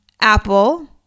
Apple